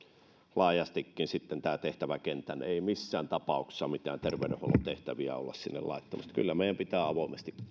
laajastikin tämän tehtäväkentän tulevaisuudesta ei missään tapauksessa mitään terveydenhuollon tehtäviä olla sinne laittamassa mutta kyllä meidän pitää avoimesti